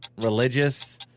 religious